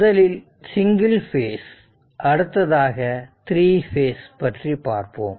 முதலில் single phase அடுத்ததாக 3 phase பற்றி பார்ப்போம்